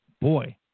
boy